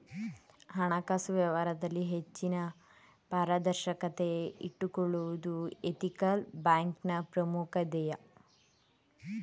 ಹಣಕಾಸು ವ್ಯವಹಾರದಲ್ಲಿ ಹೆಚ್ಚಿನ ಪಾರದರ್ಶಕತೆ ಇಟ್ಟುಕೊಳ್ಳುವುದು ಎಥಿಕಲ್ ಬ್ಯಾಂಕ್ನ ಪ್ರಮುಖ ಧ್ಯೇಯ